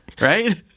Right